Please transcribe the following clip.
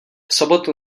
sobotu